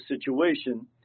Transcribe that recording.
situation